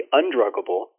undruggable